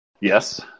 Yes